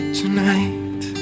tonight